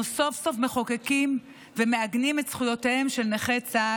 אנחנו סוף-סוף מחוקקים ומעגנים את זכויותיהם של נכי צה"ל.